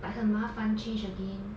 like 很麻烦 change again